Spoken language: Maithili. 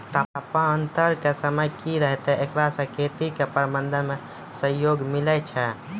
तापान्तर के समय की रहतै एकरा से खेती के प्रबंधन मे सहयोग मिलैय छैय?